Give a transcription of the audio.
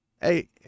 Hey